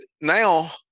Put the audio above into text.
now